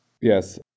Yes